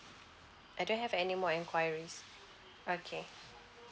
I don't have any more enquiries okay